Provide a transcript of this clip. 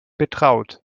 betraut